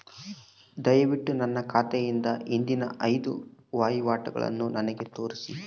ದಯವಿಟ್ಟು ನನ್ನ ಖಾತೆಯಿಂದ ಹಿಂದಿನ ಐದು ವಹಿವಾಟುಗಳನ್ನು ನನಗೆ ತೋರಿಸಿ